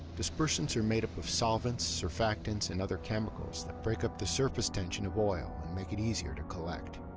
dispersants are made up of solvents, surfactants and other chemicals that break up the surface tension of oil and make it easier to collect.